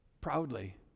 proudly